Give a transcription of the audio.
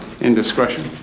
indiscretion